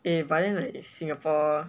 eh but then like singapore